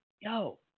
Yo